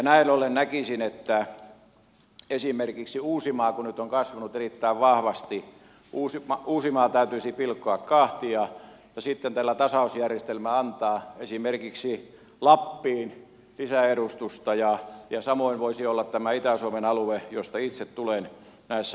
näin ollen näkisin että kun esimerkiksi uusimaa nyt on kasvanut erittäin vahvasti uusimaa täytyisi pilkkoa kahtia ja sitten tällä tasausjärjestelmällä antaa esimerkiksi lappiin lisäedustusta samoin voisi olla tämän itä suomen alueen osalta jolta itse tulen näissä asioissa